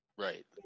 Right